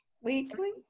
weekly